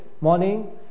morning